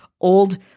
old